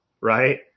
Right